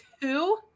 two